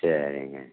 சரிங்க